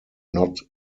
not